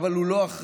אבל הוא לא אחראי.